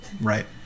Right